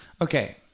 Okay